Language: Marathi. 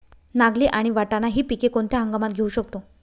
नागली आणि वाटाणा हि पिके कोणत्या हंगामात घेऊ शकतो?